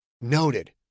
Noted